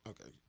Okay